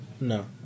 No